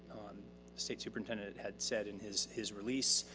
the state superintendent had said in his his release.